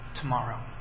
tomorrow